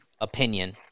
opinion